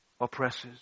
oppresses